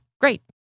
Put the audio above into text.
great